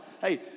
Hey